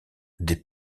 des